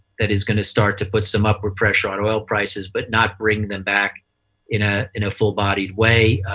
that is going to start to put some upper pressure on oil prices, but not bring them back in ah in a full-bodied way.